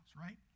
right